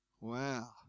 Wow